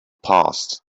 passed